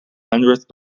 hundredth